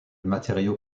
matériau